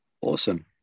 Awesome